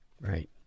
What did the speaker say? Right